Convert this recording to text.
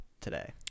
today